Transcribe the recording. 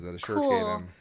Cool